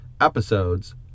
episodes